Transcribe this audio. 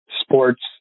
sports